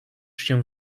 się